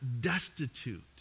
destitute